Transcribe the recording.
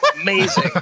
amazing